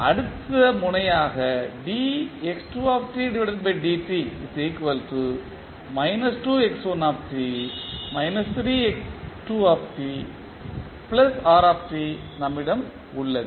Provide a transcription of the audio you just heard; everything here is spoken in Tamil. அடுத்த முனையாக நம்மிடம் உள்ளது